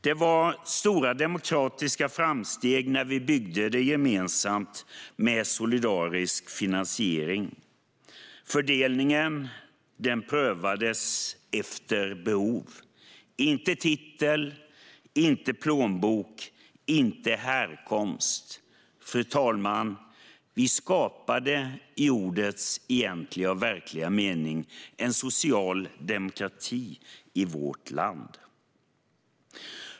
Det innebar stora demokratiska framsteg när vi byggde detta gemensamt med solidarisk finansiering. Fördelningen prövades efter behov, inte titel, plånbok eller härkomst. Vi skapade, fru talman, i ordets egentliga och verkliga mening en social demokrati i vårt land.